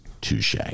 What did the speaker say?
touche